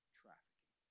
trafficking